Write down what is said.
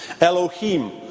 Elohim